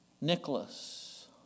Nicholas